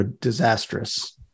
disastrous